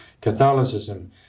Catholicism